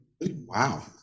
Wow